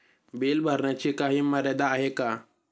Bill भरण्याची काही मर्यादा आहे का?